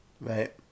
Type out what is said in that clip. Right